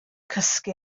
cysgu